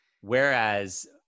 whereas